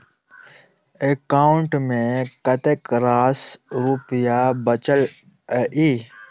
account मे कतेक रास रुपया बचल एई